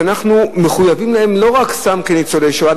שאנחנו מחויבים להם לא רק סתם כניצולי השואה,